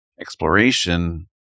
exploration